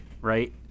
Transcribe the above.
right